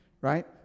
right